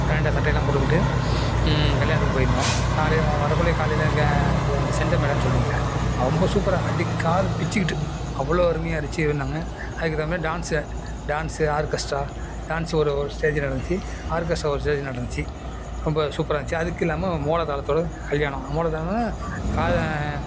க்ராண்டா சட்டையெல்லாம் போட்டுக்கிட்டு கல்யாணத்துக்கு போயிருந்தோம் காலையில் வ வரக்குள்ள காலையில் அங்கே இது அந்த செண்டா மேளம்னு சொல்லுவீங்களே ரொம்ப சூப்பரா அடி காது பிச்சுக்கிட்டு அவ்வளோ அருமையா அடிச்சி இருந்தாங்கள் அதுக்கு தகுந்த மாதிரி டான்ஸு டான்ஸு ஆர்கெஸ்ட்டா டான்ஸ் ஒரு ஒரு ஸ்டேஜில் நடந்துச்சு ஆர்கெஸ்ட்டா ஒரு ஸ்டேஜஜில் நடந்துச்சு ரொம்ப சூப்பராக இருந்துச்சு அதுக்கில்லாம மோள தாளத்தோட கல்யாணம் மோள தாளம்னா காலையில்